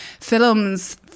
films